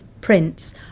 prints